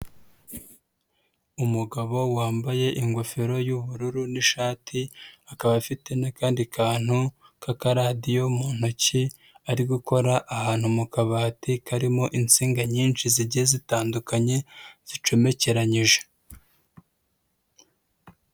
Umugabo wambaye ingofero y'ubururu n'ishati, akaba afite n'akandi kantu kkara radio mu ntoki ari gukora ahantu mu kabati karimo insinga nyinshi zigiye zitandukanye zicomekeranyije.